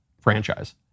franchise